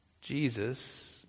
Jesus